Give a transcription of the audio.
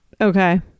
Okay